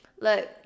Look